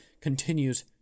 continues